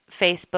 Facebook